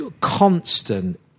constant